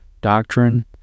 doctrine